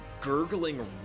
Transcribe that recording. gurgling